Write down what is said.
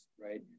right